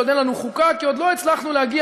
שעוד אין לנו חוקה היא שעוד לא הצלחנו להגיע